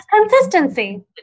Consistency